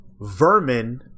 vermin